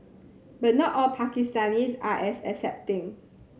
but not all Pakistanis are as accepting